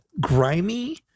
grimy